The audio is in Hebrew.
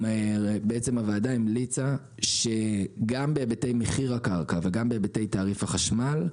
הוועדה המליצה שגם בהיבטי מחיר הקרקע וגם בהיבטי תעריף החשמל,